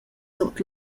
sut